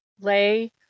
lay